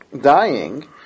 dying